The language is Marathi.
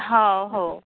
हो हो